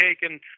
taken